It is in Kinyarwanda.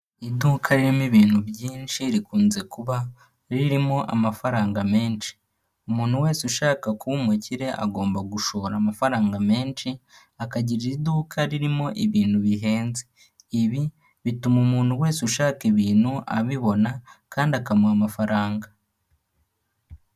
Iduka ririmo ibintu byinshi rikunze kuba ririmo amafaranga menshi, umuntu wese ushaka kuba umukire agomba gushora amafaranga menshi, akagira iduka ririmo ibintu bihenze. Ibi bituma umuntu wese ushaka ibintu abibona kandi akamuha amafaranga.